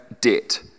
debt